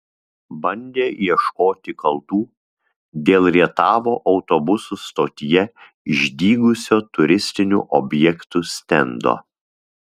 bandė ieškoti kaltų dėl rietavo autobusų stotyje išdygusio turistinių objektų stendo